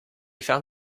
found